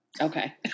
Okay